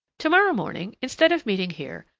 tomorrow morning, instead of meeting here,